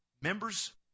members